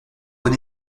bon